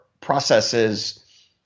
processes